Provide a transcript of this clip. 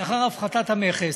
לאחר הפחתת המכס,